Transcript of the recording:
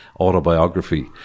autobiography